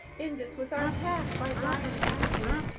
in this was our pact by ryan andrews,